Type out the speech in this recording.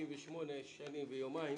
58 שנים ויומיים